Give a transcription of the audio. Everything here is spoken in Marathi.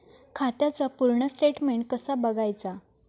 खात्याचा पूर्ण स्टेटमेट कसा बगायचा?